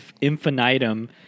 infinitum